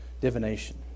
Divination